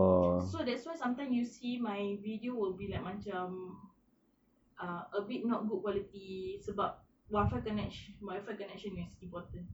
so that's why sometime you see my video will be like macam err a bit not good quality sebab wi-fi connection wi-fi connection is important